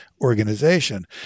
organization